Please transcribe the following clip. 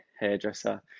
hairdresser